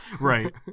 right